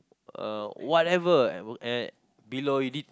uh whatever and below it did